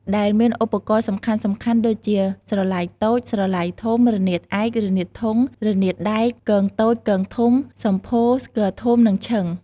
ដែលមានឧបករណ៍សំខាន់ៗដូចជា ស្រឡៃតូច ស្រឡៃធំ រនាតឯក រនាតធុង រនាតដែក គងតូច គងធំ សម្ភោរ ស្គរធំ និងឈិង។